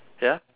ya